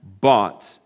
bought